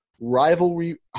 Rivalry